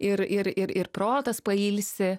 ir ir ir ir protas pailsi